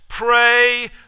Pray